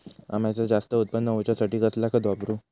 अम्याचा जास्त उत्पन्न होवचासाठी कसला खत वापरू?